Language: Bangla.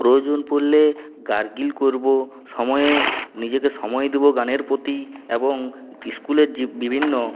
প্রয়োজন পড়লে গার্গেল করবো সময়ে নিজেকে সময় দিব গানের প্রতি এবং ইস্কুলের যে বিভিন্ন